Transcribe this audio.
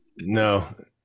no